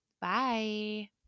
Bye